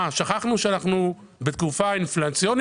שכחנו שאנחנו בתקופת אינפלציה?